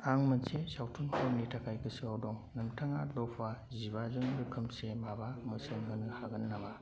आं मोनसे सावथुन हरनि थाखाय गोसोआव दं नोंथाङा दफा जिबाजों रोखोमसे माबा बोसोन होनो हागोन नामा